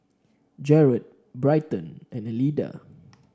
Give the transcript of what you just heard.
Jerad Bryton and Elida